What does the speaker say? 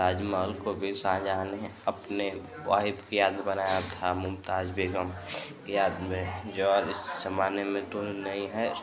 ताजमहल को भी शाहजहाँ ने अपने वाहिद कि याद में बनाया था मुमताज बेगम के याद में जो आज इस जमाने में तो नहीं है